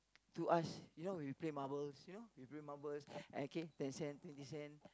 to us you know when we play marbles you know we play marbles okay ten cent twenty cent